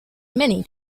many